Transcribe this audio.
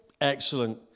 excellent